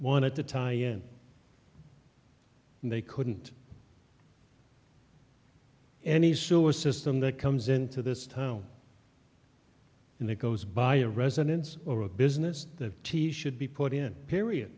wanted to tie in and they couldn't any sewer system that comes into this town and it goes by a residence or a business that th should be put in period